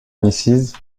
mrs